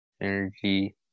energy